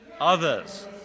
others